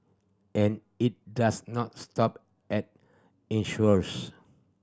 and it does not stop at insurers